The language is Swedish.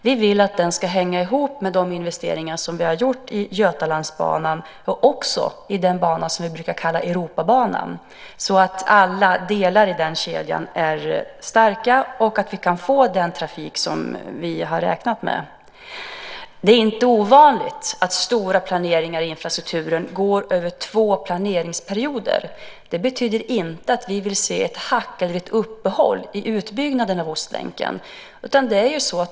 Vi vill att den ska hänga ihop med de investeringar som vi har gjort i Götalandsbanan och också i den bana som vi brukar kalla Europabanan, så att alla delar i den kedjan är starka och att vi kan få den trafik som vi har räknat med. Det är inte ovanligt att stora planeringar i infrastrukturen går över två planeringsperioder. Det betyder inte att vi vill se ett hack eller ett uppehåll i utbyggnaden av Ostlänken.